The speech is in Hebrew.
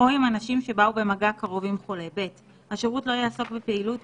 כי ביום ד' היא קבעה שהיא רוצה להפעיל את